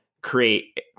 create